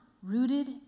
rooted